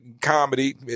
comedy